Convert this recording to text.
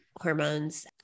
hormones